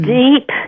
deep